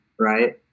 right